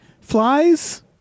flies